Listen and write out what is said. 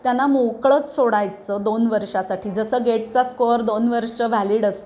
त्यांना मोकळंच सोडायचं दोन वर्षासाठी जसं गेटचा स्कोअर दोन वर्ष व्हॅलिड असतो